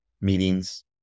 meetings